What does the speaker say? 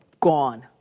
gone